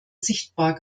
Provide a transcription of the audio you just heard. sichtbar